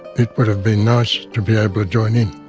it would have been nice to be able to join in.